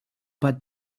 but